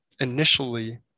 initially